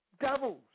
devils